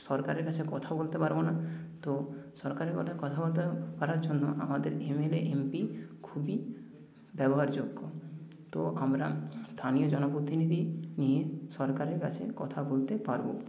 সরকারের কাছে কথা বলতে পারবো না তো সরকারের কথা কথাবার্তা করার জন্য আমাদের এমএলএ এমপি খুবই ব্যবহারযোগ্য তো আমরা স্থানীয় জনপ্রতিনিধি নিয়ে সরকারের কাছে কথা বলতে পারবো